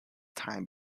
time